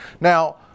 Now